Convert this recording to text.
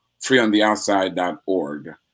freeontheoutside.org